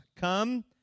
come